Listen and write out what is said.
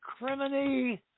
criminy